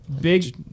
Big